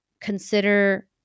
consider